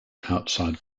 outside